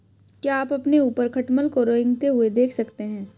क्या आप अपने ऊपर खटमल को रेंगते हुए देख सकते हैं?